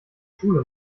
schule